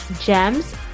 GEMS